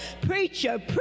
preacher